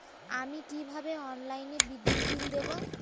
আমি কিভাবে অনলাইনে বিদ্যুৎ বিল দেবো?